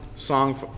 Song